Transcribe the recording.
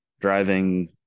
driving